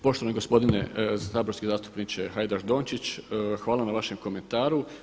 Poštovani gospodine saborski zastupniče Hajdaš Dončić hvala na vašem komentaru.